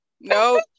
No